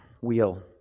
wheel